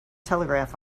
telegraph